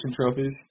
trophies